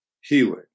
healing